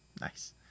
nice